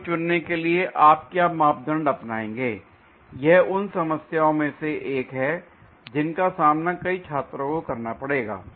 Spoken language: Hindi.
इसको चुनने के लिए आप क्या मापदंड अपनाएंगे यह उन समस्याओं में से एक है जिनका सामना कई छात्रों को करना पड़ेगा